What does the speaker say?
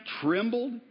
trembled